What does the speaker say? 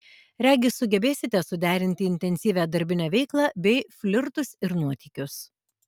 regis sugebėsite suderinti intensyvią darbinę veiklą bei flirtus ir nuotykius